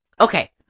Okay